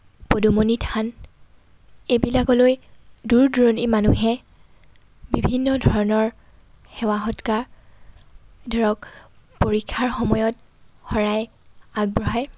পদুমনি থান এইবিলাকলৈ দূৰ দূৰণিৰ মানুহে বিভিন্ন ধৰণৰ সেৱা সৎকাৰ ধৰক পৰীক্ষাৰ সময়ত শৰাই আগবঢ়ায়